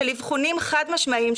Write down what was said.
של אבחונים חד משמעיים,